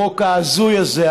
החוק ההזוי הזה,